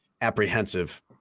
apprehensive